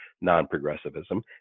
non-progressivism